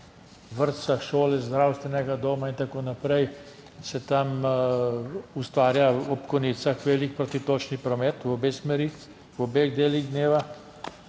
vrtca, šole, zdravstvenega doma in tako naprej, se tam ustvarja ob konicah velik protitočni promet v obe smeri v obeh delih dneva